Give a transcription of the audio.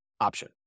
option